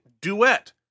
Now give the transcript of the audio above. Duet